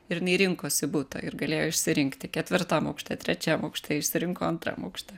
ir jinai rinkosi butą ir galėjo išsirinkti ketvirtam aukšte trečiam aukšte išsirinko antram aukšte